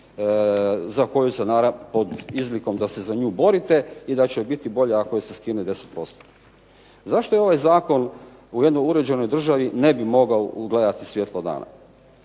jednoj populaciji pod izlikom da se za nju borite i da će joj biti bolje ako joj se skine 10%. Zašto ovaj zakon u jednoj uređenoj državi ne bi mogao ugledati svjetlo dana?